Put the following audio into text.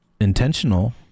intentional